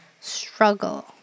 struggle